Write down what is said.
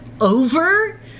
over